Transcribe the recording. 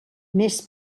més